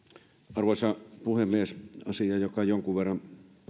arvoisa puhemies asia joka jonkun verran